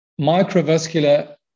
microvascular